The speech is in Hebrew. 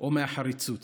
או מהחריצות